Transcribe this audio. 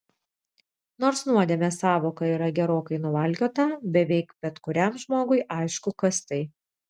nors nuodėmės sąvoka yra gerokai nuvalkiota beveik bet kuriam žmogui aišku kas tai